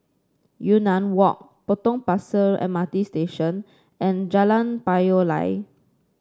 Yunnan Walk Potong Pasir M R T Station and Jalan Payoh Lai